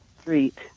street